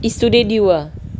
is today due ah